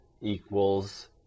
equals